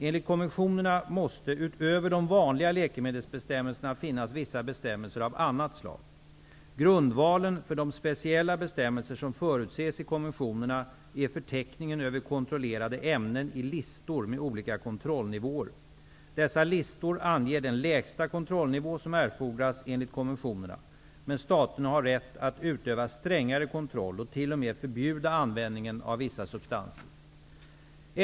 Enligt konventionerna måste utöver de vanliga läkemedelsbestämmelserna finnas vissa bestämmelser av annat slag. Grundvalen för de speciella bestämmelser som förutses i konventionerna är förteckningen över kontrollerade ämnen i listor med olika kontrollnivåer. Dessa listor anger den lägsta kontrollnivå som erfordras enligt konventionerna, men staterna har rätt att utöva strängare kontroll och t.o.m. förbjuda användningen av vissa substanser.